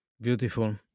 Beautiful